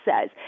says